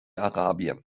arabien